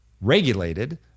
regulated